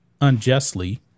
unjustly